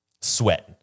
sweating